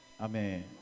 Amen